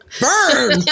Burn